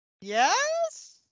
Yes